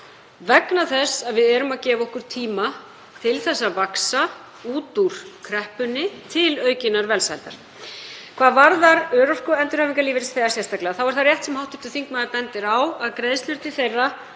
vegna þess að við erum að gefa okkur tíma til að vaxa út úr kreppunni til aukinnar velsældar. Hvað varðar örorku- og endurhæfingarlífeyrisþega sérstaklega þá er það rétt sem hv. þingmaður bendir á að greiðslur til þeirra